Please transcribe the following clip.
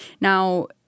Now